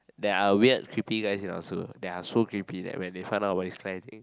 there are weird creepy guys in our school that are so creepy that when they found out about this kind of thing